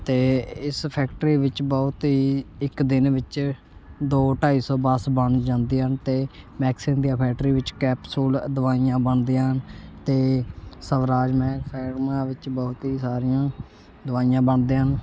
ਅਤੇ ਇਸ ਫੈਕਟਰੀ ਵਿੱਚ ਬਹੁਤ ਹੀ ਇੱਕ ਦਿਨ ਵਿੱਚ ਦੋ ਢਾਈ ਸੌ ਬੱਸ ਬਣ ਜਾਂਦੀ ਹਨ ਅਤੇ ਮੈਕਸ ਇੰਡੀਆ ਫੈਕਟਰੀ ਵਿੱਚ ਕੈਪਸੂਲ ਦਵਾਈਆਂ ਬਣਦੀਆਂ ਹਨ ਅਤੇ ਸਵਰਾਜ ਮਹਿ ਫਾਰਮਾ ਵਿੱਚ ਬਹੁਤ ਹੀ ਸਾਰੀਆਂ ਦਵਾਈਆਂ ਬਣਦੀਆਂ ਹਨ